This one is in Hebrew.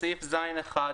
בסעיף (ז)(1),